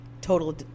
total